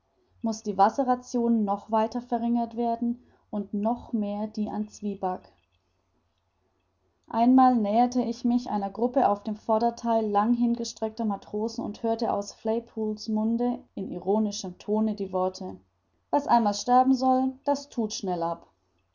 muß die wasserration noch weiter verringert werden und noch mehr die an zwieback einmal näherte ich mich einer gruppe auf dem vordertheil lang hingestreckter matrosen und hörte aus flaypol's munde in ironischem tone noch die worte was einmal sterben soll das thut schnell ab